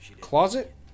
closet